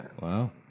wow